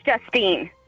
Justine